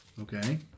Okay